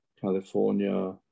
California